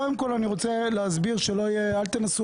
קודם כול, אני רוצה להסביר כדי שלא תנסו